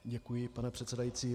Děkuji, pane předsedající.